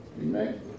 Amen